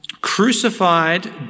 crucified